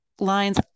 lines